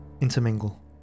intermingle